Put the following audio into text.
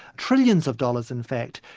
trillions of dollars in fact,